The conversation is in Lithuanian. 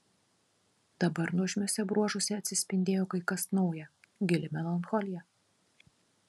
dabar nuožmiuose bruožuose atsispindėjo kai kas nauja gili melancholija